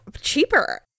cheaper